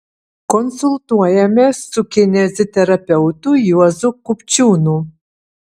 konsultuojamės su kineziterapeutu juozu kupčiūnu